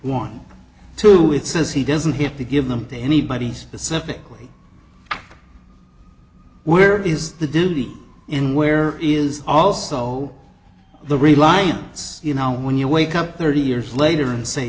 want to it says he doesn't hit the give them to anybody's pacifically where is the duty in where is also the reliance you know when you wake up thirty years later and say